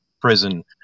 prison